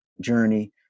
journey